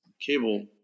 cable